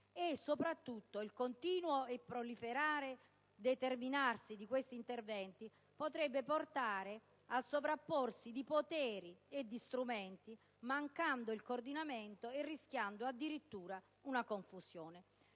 inoltre, il continuo proliferare di questi interventi potrebbe portare al sovrapporsi di poteri e di strumenti, mancando il coordinamento e rischiando addirittura di creare confusione.